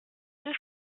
deux